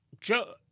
joe